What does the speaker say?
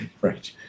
Right